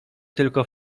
tylko